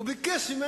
הבית נשרף,